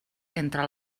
entre